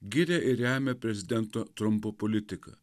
giria ir remia prezidento trampo politiką